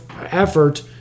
effort